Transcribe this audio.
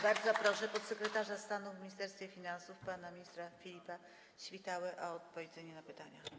Bardzo proszę podsekretarza stanu w Ministerstwie Finansów pana ministra Filipa Świtałę o odpowiedź na pytania.